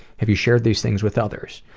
have you shared these things with others?